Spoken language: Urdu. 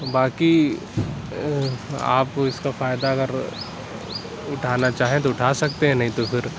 باقی آپ کو اِس کا فائدہ اگر اُٹھانا چاہیں تو اُٹھا سکتے ہیں نہیں تو پھر